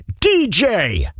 DJ